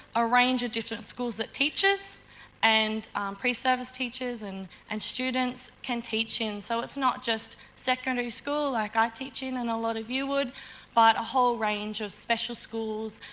a range of different schools that teaches and pre-service teachers and and students can teach in. so, it's not just secondary school like i teach in and a lot of you would but a whole range of special schools,